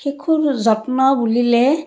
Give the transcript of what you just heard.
শিশুৰ যত্ন বুলিলে